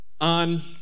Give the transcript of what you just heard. On